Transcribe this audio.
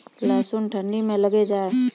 लहसुन ठंडी मे लगे जा?